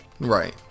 Right